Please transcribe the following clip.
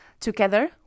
Together